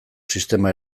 sistema